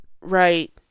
right